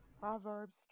Proverbs